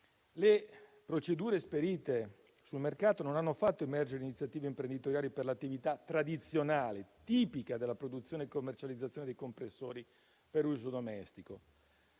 Le procedure esperite sul mercato non hanno fatto emergere iniziative imprenditoriali per l'attività tradizionale, tipica della produzione e commercializzazione dei compressori per uso domestico.